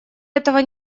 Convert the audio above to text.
этого